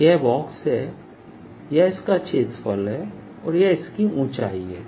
यह बॉक्स है यह इसका क्षेत्रफल है और यह इसकी ऊंचाई है